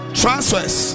transfers